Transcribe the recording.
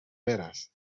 verás